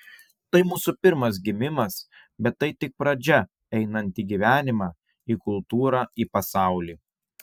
tai mūsų pirmas gimimas bet tai tik pradžia einant į gyvenimą į kultūrą į pasaulį